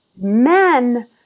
men